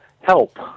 help